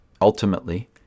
Ultimately